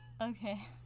Okay